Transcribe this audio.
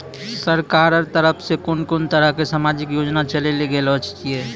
सरकारक तरफ सॅ कून कून तरहक समाजिक योजना चलेली गेलै ये?